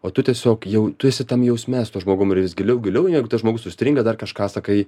o tu tiesiog jau tu esi tam jausme su tuo žmogum ir vis giliau giliau negu tas žmogus užstringa dar kažką sakai